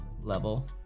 level